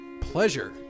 pleasure